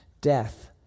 death